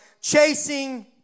chasing